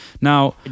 Now